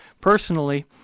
personally